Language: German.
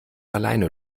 alleine